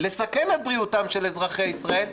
לסכן את בריאותם של אזרחי ישראל,